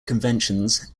conventions